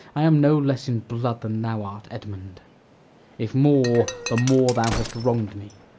i am no less in blood than thou art, edmund if more, the more thou hast wrong'd me.